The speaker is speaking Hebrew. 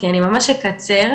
כי אני ממש אקצר.